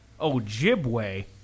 Ojibwe